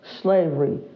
slavery